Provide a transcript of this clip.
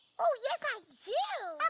oh yes i do.